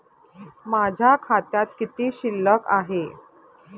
माझ्या खात्यात किती शिल्लक आहे?